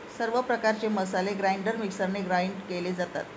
सर्व प्रकारचे मसाले ग्राइंडर मिक्सरने ग्राउंड केले जातात